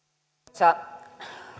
arvoisa